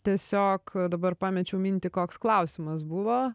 tiesiog dabar pamečiau mintį koks klausimas buvo